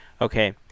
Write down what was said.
Okay